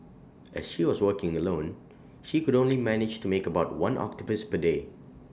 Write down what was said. as she was working alone she could only manage to make about one octopus per day